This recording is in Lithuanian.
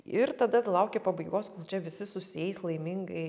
ir tada lauki pabaigos kol čia visi susieis laimingai